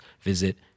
visit